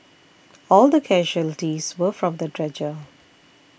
all the casualties were from the dredger